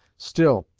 still,